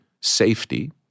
safety